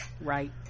right